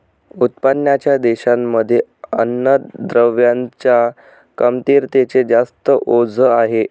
उत्पन्नाच्या देशांमध्ये अन्नद्रव्यांच्या कमतरतेच जास्त ओझ आहे